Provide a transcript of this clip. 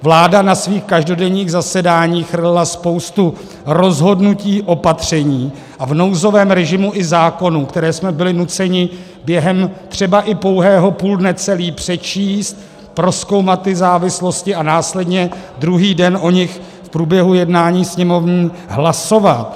Vláda na svých každodenních zasedáních chrlila spoustu rozhodnutí, opatření a v nouzovém režimu i zákonů, které jsme byli nuceni během třeba i pouhého půldne celý přečíst, prozkoumat ty závislosti a následně druhý den o nich v průběhu jednání Sněmovny hlasovat.